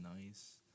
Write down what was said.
nice